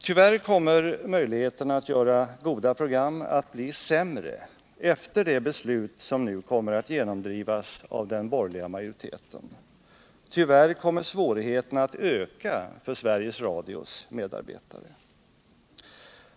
Tyvärr kommer möjligheterna att göra goda program att bli sämre efter det beslut som nu kommer att genomdrivas av den borgerliga majoriteten. Tyvärr kommer svårigheterna att öka för Sveriges Radios medarbetare.